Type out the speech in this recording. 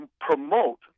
promote